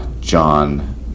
John